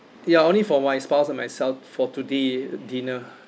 ya only for my spouse and myself for today dinner